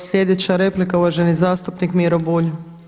Sljedeća replika uvaženi zastupnik Miro Bulj.